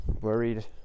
worried